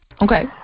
Okay